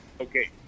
Okay